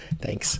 Thanks